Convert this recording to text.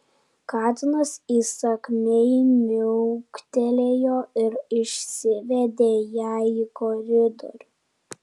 katinas įsakmiai miauktelėjo ir išsivedė ją į koridorių